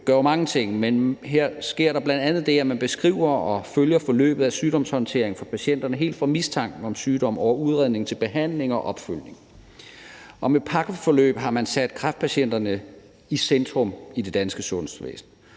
gør jo mange ting, men her sker der bl.a. det, at man beskriver og følger forløbet af sygdomshåndteringen for patienterne helt fra mistanken om sygdom over udredningen til behandlingen og opfølgningen. Med pakkeforløb har man sat kræftpatienterne i centrum i det danske sundhedsvæsen.